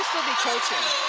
be coaching.